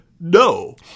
no